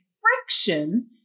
friction